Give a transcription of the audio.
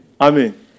Amen